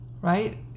Right